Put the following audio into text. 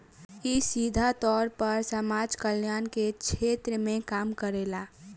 इ सीधा तौर पर समाज कल्याण के क्षेत्र में काम करेला